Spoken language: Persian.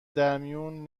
درمیون